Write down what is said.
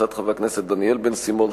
הצעות חברי הכנסת דניאל בן-סימון,